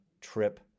trip